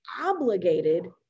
obligated